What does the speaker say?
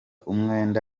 umwenda